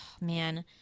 man